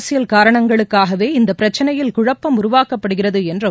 அரசியல் காரணங்களுக்காகவே இந்த பிரச்சனையில் குழப்பம் உருவாக்கப்படுகிறது என்றும்